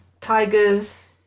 Tiger's